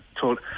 told